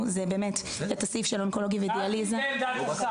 את הסעיף של אונקולוגיה ודיאליזה ----- עמדת השר?